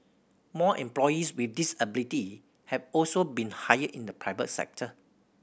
more employees with disability have also been hired in the private sector